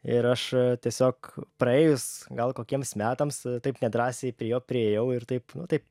ir aš tiesiog praėjus gal kokiems metams taip nedrąsiai prie jo priėjau ir taip taip